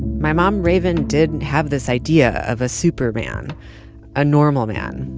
my mom raven did have this idea of a super man a normal man,